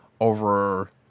over